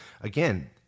again